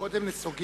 קודם נסוגים.